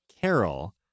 carol